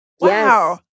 Wow